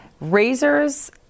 Razors